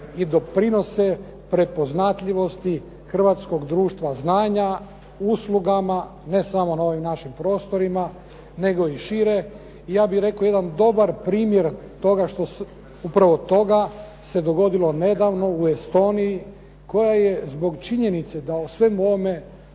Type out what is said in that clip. i doprinose prepoznatljivosti hrvatskog društva znanja uslugama, ne samo na ovim našim prostorima, nego i šire. I ja bih rekao jedan dobar primjer upravo toga što se dogodilo nedavno u Estoniji koja je zbog činjenice da je u svemu ovome